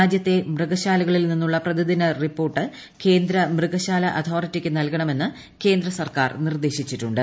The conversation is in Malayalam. രാജ്യത്തെ മൃഗശാലകളിൽ നിന്നുള്ള പ്രതിദീനീറിപ്പോർട്ട് കേന്ദ്ര മൃഗശാല അതോറിറ്റിക്ക് നൽകണമെന്റ് ക്യേന്ദ്ര സർക്കാർ നിർദ്ദേശിച്ചിട്ടുണ്ട്